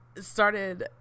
Started